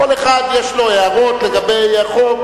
לכל אחד יש הערות לגבי החוק,